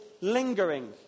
lingering